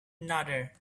another